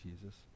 Jesus